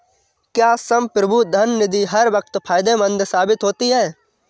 क्या संप्रभु धन निधि हर वक्त फायदेमंद साबित होती है?